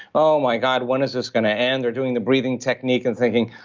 oh my god, when is this going to end? they're doing the breathing technique and thinking,